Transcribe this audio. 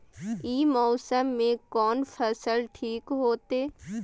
ई मौसम में कोन फसल ठीक होते?